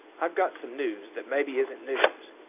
i've got some news that maybe isn't news.